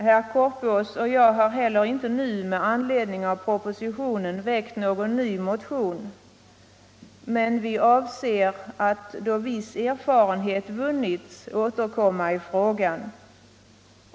Herr Korpås och jag har heller inte nu med anledning av propositionen väckt någon ny motion. Men vi avser att då viss erfarenhet vunnits återkomma i frågan.